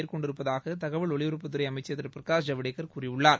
மேற்கொண்டிருப்பதாக தகவல் ஒலிபரப்புத்துறை அமைச்சர் திரு பிரகாஷ் ஜவடேக்கர் கூறியுள்ளார்